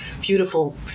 beautiful